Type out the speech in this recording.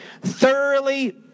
thoroughly